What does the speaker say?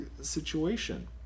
situation